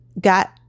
got